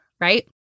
right